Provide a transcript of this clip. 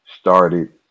started